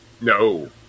no